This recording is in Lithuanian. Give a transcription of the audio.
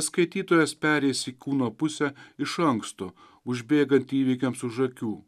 skaitytojas pereis į kūno pusę iš anksto užbėgant įvykiams už akių